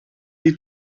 need